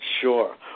sure